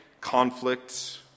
conflict